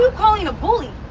so calling a bully?